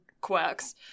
quirks